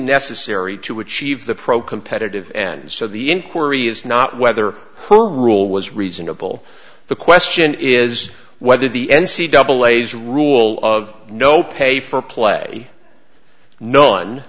necessary to achieve the pro competitive and so the inquiry is not whether her rule was reasonable the question is whether the n c double a's rule of no pay for play no one